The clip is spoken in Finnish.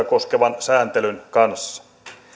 koskevan sääntelyn kanssa